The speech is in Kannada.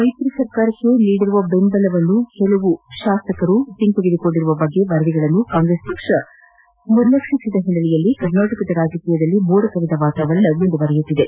ಮೈತ್ರಿ ಸರ್ಕಾರಕ್ಕೆ ನೀಡಿರುವ ಬೆಂಬಲವನ್ನು ಕೆಲ ಶಾಸಕರು ಹಿಂತೆಗೆದುಕೊಳ್ಳುವ ಕುರಿತ ವರದಿಗಳನ್ನು ಕಾಂಗ್ರೆಸ್ ಪಕ್ಷ ನಿರ್ಲಕ್ಷಿಸಿದ ಹಿನ್ನೆಲೆಯಲ್ಲಿ ಕರ್ನಾಟಕದ ರಾಜಕೀಯದಲ್ಲಿ ಮೋಡಕವಿದ ವಾತಾವರಣ ಮುಂದುವರಿದಿದೆ